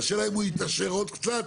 השאלה אם הוא יתעשר עוד קצת,